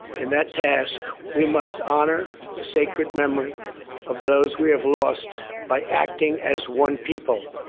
in that task, we must honor the sacred memory of those we have lost by acting as one people.